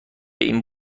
این